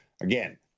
again